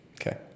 Okay